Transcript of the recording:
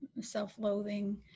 self-loathing